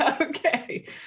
Okay